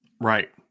Right